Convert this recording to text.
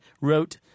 wrote